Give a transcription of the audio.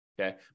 okay